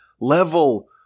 level